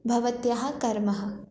भवतः कर्मः